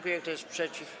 Kto jest przeciw?